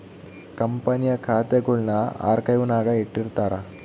ಕಂಪನಿಯ ಖಾತೆಗುಳ್ನ ಆರ್ಕೈವ್ನಾಗ ಇಟ್ಟಿರ್ತಾರ